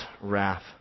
wrath